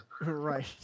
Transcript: Right